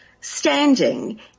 standing